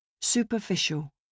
Superficial